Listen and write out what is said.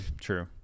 true